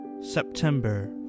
September